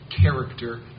character